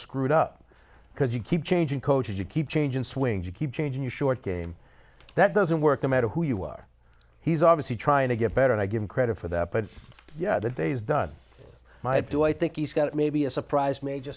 screwed up because you keep changing coaches you keep changing swings you keep changing your short game that doesn't work no matter who you are he's obviously trying to get better and i give him credit for that but yeah the day is done might do i think he's got maybe a surprise ma